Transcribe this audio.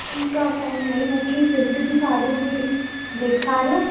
ठीकु आहे साईं ऐं मूंखे सिल्क जी साड़ियूं बि ॾेखारियो